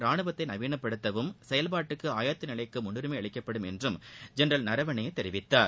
ரானுவத்தை நவீனப்படுத்தவும் செயல்பாட்டு ஆயத்த நிலைக்கும் முன்னுரிமை அளிக்கப்படும் என்றும் ஜெனரல் நரவணே தெரிவித்தார்